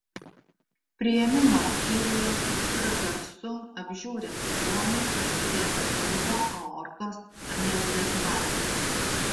priėmimo skyriuje ultragarsu apžiūrint ligonį pastebėta pilvo aortos aneurizma